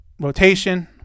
rotation